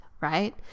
right